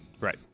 Right